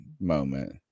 moment